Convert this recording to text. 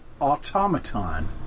Automaton